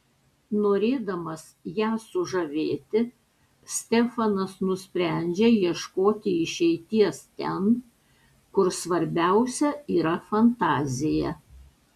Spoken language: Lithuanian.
norėdamas ją sužavėti stefanas nusprendžia ieškoti išeities ten kur svarbiausia yra fantazija